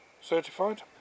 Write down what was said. Certified